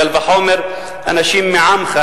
קל וחומר אנשים עמך,